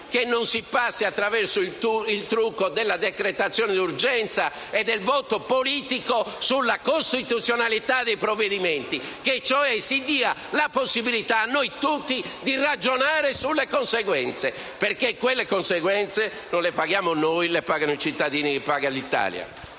Che non si passi attraverso il trucco della decretazione d'urgenza e del voto politico sulla costituzionalità dei provvedimenti. Che si dia cioè la possibilità a noi tutti di ragionare sulle conseguenze, perché quelle conseguenze non le paghiamo noi, ma le pagano i cittadini e l'Italia!